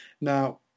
Now